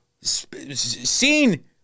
scene